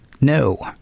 No